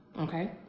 Okay